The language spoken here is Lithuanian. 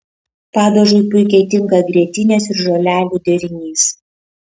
padažui puikiai tinka grietinės ir žolelių derinys